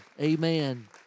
Amen